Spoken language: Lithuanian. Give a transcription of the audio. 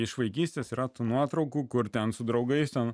iš vaikystės yra tų nuotraukų kur ten su draugais ten